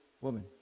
woman